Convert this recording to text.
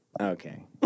Okay